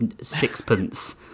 sixpence